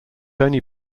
only